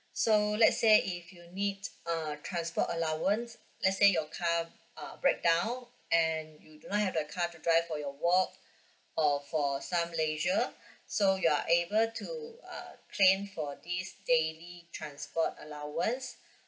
so let's say if you need uh transport allowance let's say your car uh beak down and you do not have a car to drive for your work or for some leisure so you are able to uh claim for this daily transport allowance